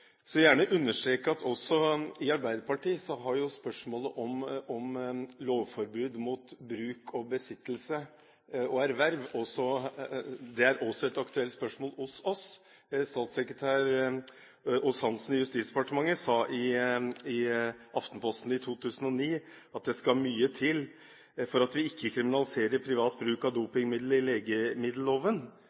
Så vil jeg gjerne understreke at også hos oss i Arbeiderpartiet er spørsmålet om lovforbud mot bruk, besittelse og erverv et aktuelt spørsmål. Statssekretær Aas-Hansen i Justisdepartementet sa i Aftenposten i 2009 at det «skal mye til for at vi ikke kriminaliserer privat bruk av dopingmidler i legemiddelloven»